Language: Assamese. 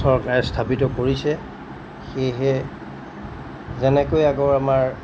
চৰকাৰে স্থাপিত কৰিছে সেয়েহে যেনেকৈ আগৰ আমাৰ